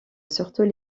surtout